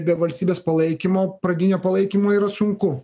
be valstybės palaikymo pradinio palaikymo yra sunku